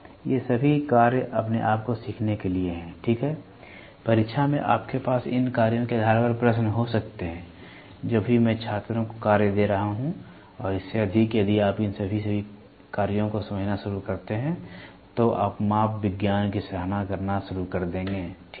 ये सभी कार्य अपने आप को सीखने के लिए हैं ठीक है परीक्षा में आपके पास इन कार्यों के आधार पर प्रश्न हो सकते हैं जो भी मैं छात्रों को कार्य दे रहा हूं और इससे अधिक यदि आप इन सभी कार्यों को समझना शुरू करते हैं तो आप माप विज्ञान की सराहना करना शुरू कर देंगे ठीक है